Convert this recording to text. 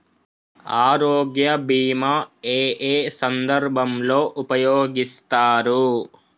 ఆరోగ్య బీమా ఏ ఏ సందర్భంలో ఉపయోగిస్తారు?